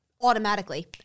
automatically